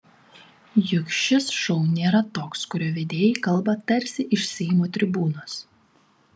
juk šis šou nėra toks kurio vedėjai kalba tarsi iš seimo tribūnos